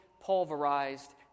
pulverized